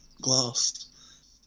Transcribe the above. Glass